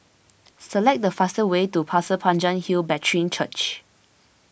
select the fastest way to Pasir Panjang Hill Brethren Church